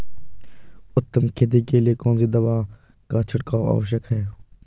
उत्तम खेती के लिए कौन सी दवा का छिड़काव आवश्यक है?